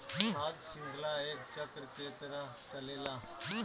खाद्य शृंखला एक चक्र के तरह चलेला